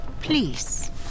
Please